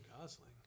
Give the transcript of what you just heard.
Gosling